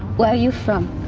where are you from?